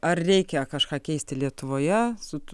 ar reikia kažką keisti lietuvoje su